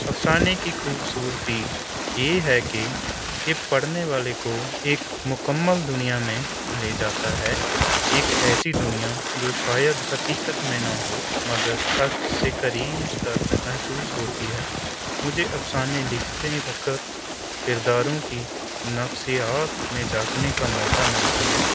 افسانے کی خوبصورتی یہ ہے کہ یہ پڑھنے والے کو ایک مکمل دنیا میں لے جاتا ہے ایک ایسی دنیا جو شاید حقیقت میں نہ ہو مگر سچ سے قریب تر محسوس ہوتی ہے مجھے افسانے لکھتے وقت کرداروں کی نفسیات میں جھانکنے کا موقع ملتا ہے